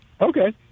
Okay